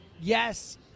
yes